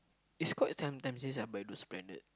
it's quite sometime since I buy those branded